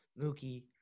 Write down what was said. Mookie